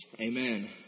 Amen